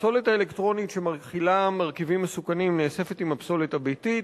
הפסולת האלקטרונית שמכילה מרכיבים מסוכנים נאספת עם הפסולת הביתית,